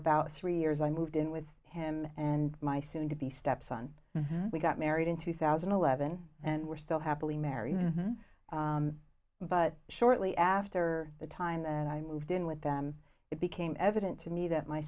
about three years i moved in with him and my soon to be stepson we got married in two thousand and eleven and were still happily married but shortly after the time that i moved in with them it became evident to me that my